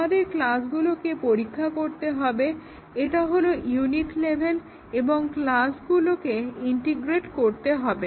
আমাদের ক্লাসগুলোকে পরীক্ষা করতে হবে এটা হলো ইউনিট লেভেল এবং ক্লাসগুলোকে ইন্টিগ্রেট করতে হবে